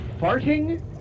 farting